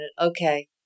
Okay